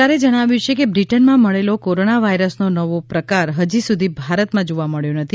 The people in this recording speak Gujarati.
સરકારે જણાવ્યું છે કે બ્રિટનમાં મળેલો કોરોના વાયરસનો નવો પ્રકાર હજી સુધી ભારતમાં જોવા મબ્યો નથી